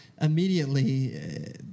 Immediately